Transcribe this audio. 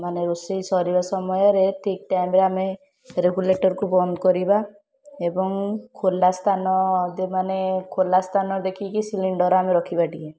ମାନେ ରୋଷେଇ ସରିବା ସମୟରେ ଠିକ୍ ଟାଇମ୍ରେ ଆମେ ରେଗୁଲେଟର୍କୁ ବନ୍ଦ କରିବା ଏବଂ ଖୋଲା ସ୍ଥାନରେ ମାନେ ଖୋଲା ସ୍ଥାନ ଦେଖିକି ଆମେ ସିଲିଣ୍ଡର୍ ରଖିବା ଟିକିଏ